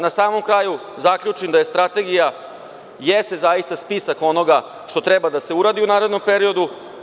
Na samom kraju da zaključim da strategija jeste zaista spisak onoga što treba da se uradi u narednom periodu.